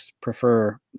prefer